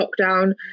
lockdown